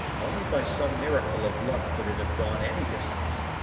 only by some miracle of luck could it have gone any distance.